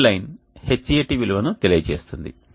green line Hat విలువను తెలియజేస్తుంది